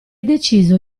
deciso